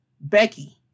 Becky